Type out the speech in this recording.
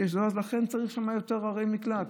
צריך שם יותר ערי מקלט.